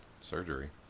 surgery